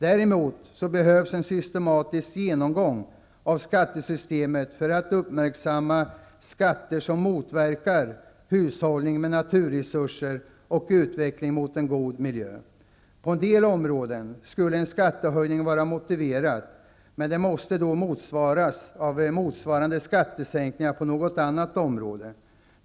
Däremot behövs det en systematisk genomgång av skattesystemet för att man skall kunna uppmärksamma skatter som motverkar hushållning med naturresurser och utvecklingen mot en god miljö. På en del områden skulle en skattehöjning vara motiverad, men den måste då motsvaras av en skattesänkning på något annat område.